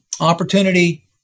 Opportunity